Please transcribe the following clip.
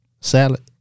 Salad